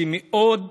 שמאוד